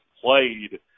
played